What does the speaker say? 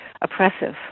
oppressive